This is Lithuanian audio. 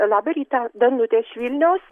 labą rytą danutė iš vilniaus